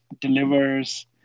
delivers